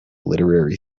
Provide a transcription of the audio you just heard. literary